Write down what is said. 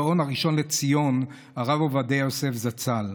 הגאון הראשון לציון הרב עובדיה יוסף זצ"ל.